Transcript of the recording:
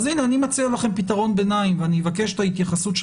אז הנה אני מציע לכם פתרון ביניים ואני מבקש את ההתייחסות של